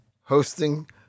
hosting